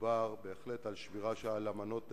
מדובר בהחלט על שמירה על אמנות בין-לאומיות,